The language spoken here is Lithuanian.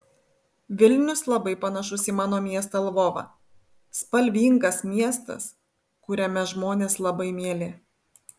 vilnius labai panašus į mano miestą lvovą spalvingas miestas kuriame žmonės labai mieli